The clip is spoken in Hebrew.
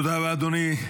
תודה רבה, אדוני.